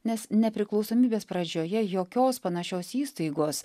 nes nepriklausomybės pradžioje jokios panašios įstaigos